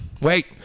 wait